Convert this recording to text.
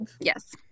yes